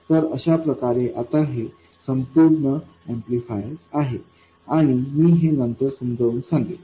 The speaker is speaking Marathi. तर अशाप्रकारे आता हे आपले संपूर्ण ऍम्प्लिफायर आहे आणि मी हे नंतर समजावून सांगेल